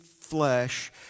flesh